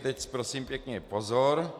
Teď prosím pěkně pozor.